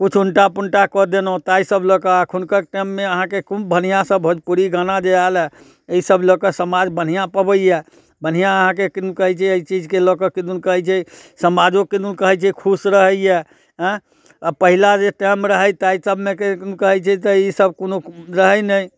किछु उल्टा पुल्टा कऽ देलहुँ ताहिसभ लऽ कऽ एखुनका टाइममे अहाँके खूब बढ़िआँसँ भोजपुरी गाना जे आयलए एहिसभ लऽ कऽ समाज बढ़िआँ पबैए बढ़िआँ अहाँके किदुन कहैत छै एहि चीजके लऽ कऽ किदुन कहैत छै समाजो किदुन कहैत छै खुश रहैए आयँ आ पहिला जे टाइम रहैए ताहिसभमे किदुन कहै छै जे ईसभ कोनो रहय नहि